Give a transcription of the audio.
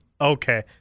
Okay